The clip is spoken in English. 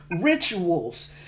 rituals